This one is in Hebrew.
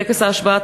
טקס ההשבעה,